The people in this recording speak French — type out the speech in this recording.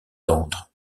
tendre